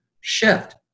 Shift